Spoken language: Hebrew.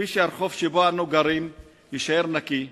כדי שהרחוב שבו אנו גרים יישאר נקי,